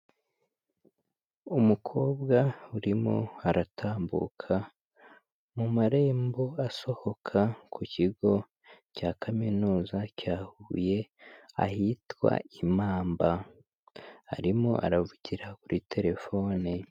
Umukobwa urimo aratambuka mu marembo asohoka ku kigo cya Kaminuza cya Huye ahitwa i Mamba. Arimo aravugira kuri telefone.